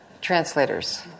translators